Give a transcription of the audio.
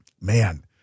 Man